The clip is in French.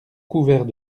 couverts